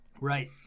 Right